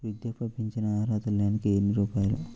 వృద్ధాప్య ఫింఛను అర్హత నెలకి ఎన్ని రూపాయలు?